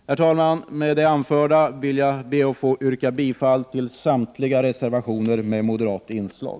Herr talman! Med det anförda yrkar jag bifall till samtliga reservationer med moderat inslag.